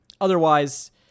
otherwise